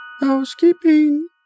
Housekeeping